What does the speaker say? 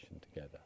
together